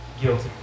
guilty